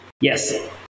Yes